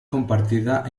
compartida